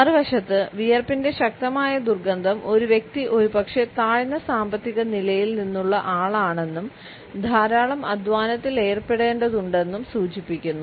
മറുവശത്ത് വിയർപ്പിന്റെ ശക്തമായ ദുർഗന്ധം ഒരു വ്യക്തി ഒരുപക്ഷേ താഴ്ന്ന സാമ്പത്തിക നിലയിൽ നിന്നുള്ള ആളാണെന്നും ധാരാളം അധ്വാനത്തിൽ ഏർപ്പെടേണ്ടതുണ്ടെന്നും സൂചിപ്പിക്കുന്നു